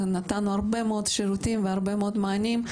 נתנו הרבה מאוד שירותים והרבה מאוד מענים,